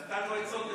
נתנו עצות,